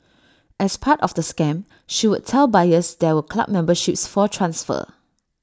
as part of the scam she would tell buyers there were club memberships for transfer